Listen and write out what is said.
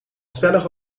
stellig